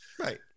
Right